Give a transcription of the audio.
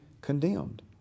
condemned